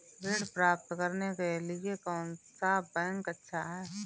ऋण प्राप्त करने के लिए कौन सा बैंक अच्छा है?